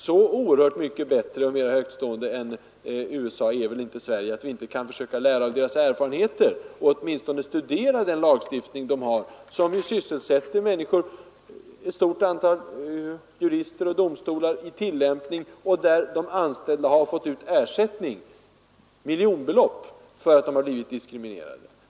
Så oerhört mycket bättre och mer högtstående än USA är väl ändå inte Sverige, att vi inte kan försöka lära av amerikanernas erfarenheter och åtminstone studera den lagstiftning som de har. I Amerika har man ju ett stort antal jurister och domstolar som tillämpar en sådan lagstiftning, och där har anställda fått ut miljonbelopp i ersättningar därför att de har blivit diskriminerade.